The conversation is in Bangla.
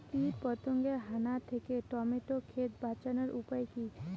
কীটপতঙ্গের হানা থেকে টমেটো ক্ষেত বাঁচানোর উপায় কি?